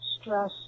stress